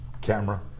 camera